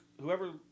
whoever